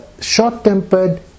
short-tempered